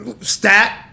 Stat